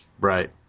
Right